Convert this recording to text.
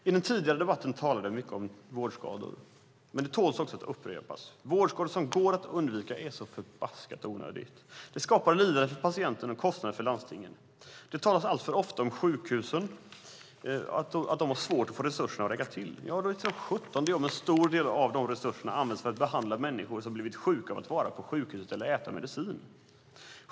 I den tidigare debatten talade jag mycket om vårdskador, men det tål att upprepas: Vårdskador som går att undvika är så förbaskat onödiga! De skapar lidande för patienten och en kostnad för landstingen. Det talas alltför ofta om att sjukhusen har svårt att få resurserna att räcka till. Visst sjutton blir det så om en stor del av resurserna används för att behandla människor som blivit sjuka av att vara på sjukhuset eller äta medicin!